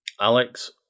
Alex